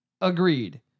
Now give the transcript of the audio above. Agreed